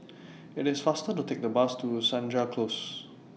IT IS faster to Take The Bus to Senja Close